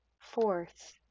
fourth